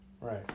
Right